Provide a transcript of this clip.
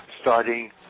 starting